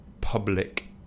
public